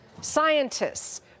scientists